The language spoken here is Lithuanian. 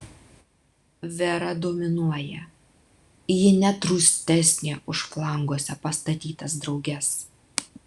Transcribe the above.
vera dominuoja ji net rūstesnė už flanguose pastatytas drauges